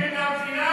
מפרקים את המדינה,